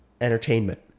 entertainment